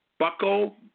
Buckle